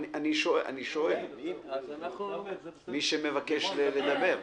אני שואל מי מבקש לדבר.